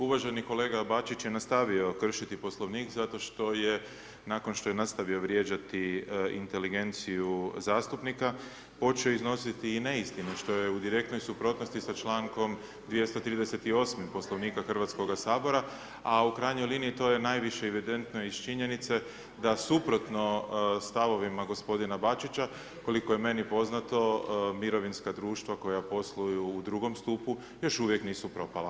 Uvaženi kolega Bačić je nastavio kršiti Poslovnik zato što je nakon što je nastavio vrijeđati inteligenciju zastupnika počeo iznositi i neistine što je u direktnoj suprotnosti sa člankom 238 Poslovnika Hrvatskoga sabora a u krajnjoj liniji to je najviše evidentno iz činjenice da suprotno stavovima gospodina Bačića koliko je meni poznato mirovinska društva koja posluju u drugom stupu još uvijek nisu propala.